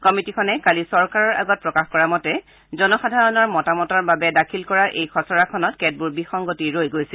কমিটীখনে কালি চৰকাৰৰ আগত প্ৰকাশ কৰা মতে জনসাধাৰণৰ মতামতৰ বাবে দাখিল কৰা এই খচৰাখনত কেতবোৰ বিসংগতি ৰৈ গৈছিল